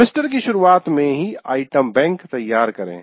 semester की शुरुआत में ही आइटम बैंक तैयार करें